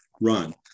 run